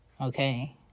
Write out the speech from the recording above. okay